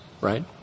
right